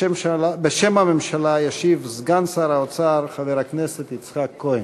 בשם הממשלה ישיב סגן שר האוצר חבר הכנסת יצחק כהן.